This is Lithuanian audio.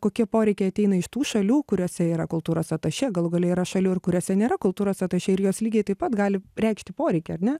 kokie poreikiai ateina iš tų šalių kuriose yra kultūros atašė galų gale yra šalių ir kuriose nėra kultūros atašė ir jos lygiai taip pat gali reikšti poreikį ar ne